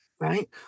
Right